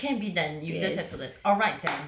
so it can be done you just have to learn